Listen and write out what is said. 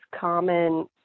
common